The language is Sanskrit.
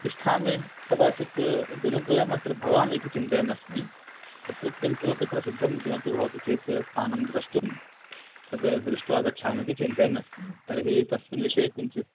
तिष्ठामि कदाचित् दिनद्वयम् अत्र भवामि इति चिन्तयन्नस्मि अत्रत्यं किमपि प्रसिद्धं किमपि भवति चेत् स्थानं द्रष्टुम् तद् दृष्ट्वा गच्छामि इति चिन्तयन्नस्मि तर्हि तस्मिन् विषये किञ्चित्